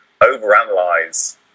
overanalyze